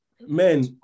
men